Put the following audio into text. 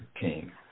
King